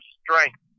strength